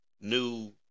new